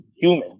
human